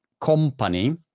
company